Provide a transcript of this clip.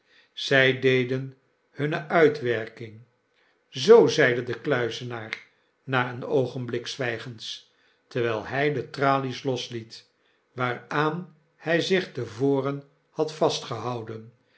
zy deden hunne uitwerking zoo m zeide de kluizenaar na eenoogenblik zwygens terwyl hij de tralies losliet waaraan hy zich te voren had vastgehouden